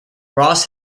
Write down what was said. ross